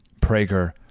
Prager